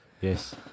Yes